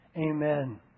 Amen